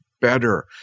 better